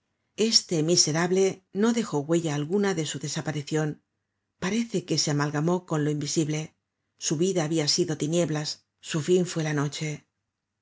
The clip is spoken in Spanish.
este miserable no dejó huella alguna de su desaparicion parece que se amalgamó con lo invisible su vida habia sido tinieblas su fin fue la noche